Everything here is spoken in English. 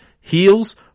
heels